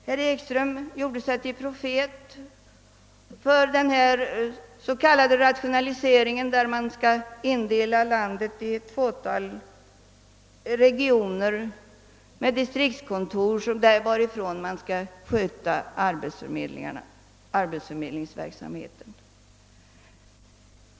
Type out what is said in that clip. Herr Ekström gjorde sig till profet för den s.k. rationaliseringen att indela landet i ett fåtal regioner, där arbetsförmedlingsverksamheten skötes från distriktskontor.